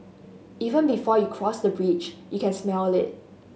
even before you cross the bridge you can smell it